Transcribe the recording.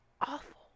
awful